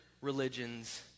religions